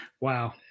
Wow